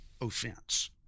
offense